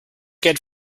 get